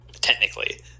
technically